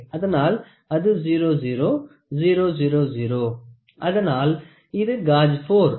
அதனால் அது 00 000 அதனால் இது காஜ் 4